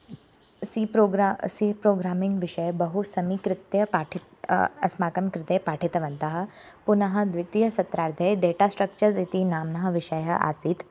C program C programming विषये बहु समीकृत्य पाठितः अस्माकं कृते पाठितवन्तः पुनः द्वितीयसत्रार्धे डेटा स्ट्रक्चर्स् इति नाम्नः विषयः आसीत्